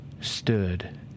stood